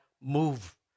move